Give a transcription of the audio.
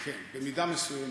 כן, במידה מסוימת.